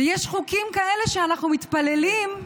ויש חוקים כאלה שאנחנו מתפללים,